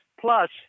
Plus